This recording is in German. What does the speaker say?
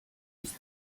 ist